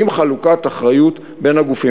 עם חלוקת אחריות בין הגופים.